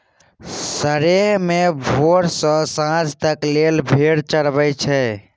सरेह मे भोर सँ सांझ तक लेल भेड़ चरबई छै